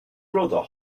brother